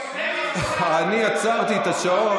אני עצרתי את השעון.